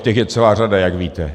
Těch je celá řada, jak víte.